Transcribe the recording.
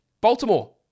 Baltimore